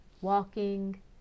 walking